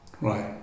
Right